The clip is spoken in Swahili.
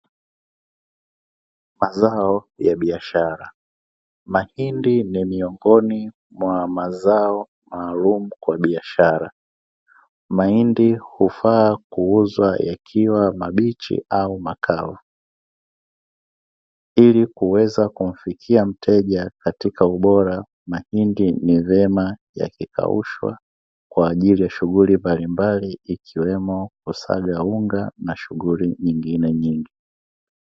Mazao ya biashara. Mahindi ni miongoni mwa mazao maalumu kwa biashara, mahindi hufaa kuuzwa yakiwa mabichi au makavu. Ili kuweza kumfikia mteja katika ubora, mahindi ni vyema yakikaushwa kwa ajili ya shughuli mbalimbali ikiwemo kusaga unga, na shughuli nyingine nyingi.